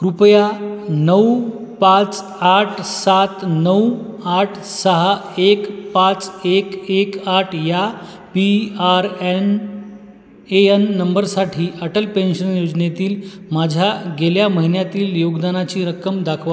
कृपया नऊ पाच आठ सात नऊ आठ सहा एक पाच एक एक आठ या P R N A N नंबरसाठी अटल पेन्शन योजनेतील माझ्या गेल्या महिन्यातील योगदानाची रक्कम दाखवा